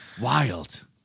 Wild